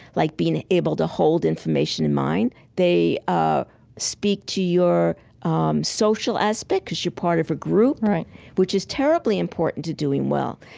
like being able to hold information in mind. they ah speak to your um social aspect because you're part of a group right which is terribly important to doing well.